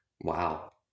Wow